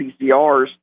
PCRs